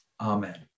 Amen